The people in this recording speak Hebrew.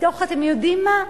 מתוך, אתם יודעים מה?